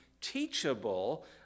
teachable